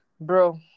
bro